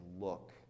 look